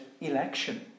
election